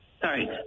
Sorry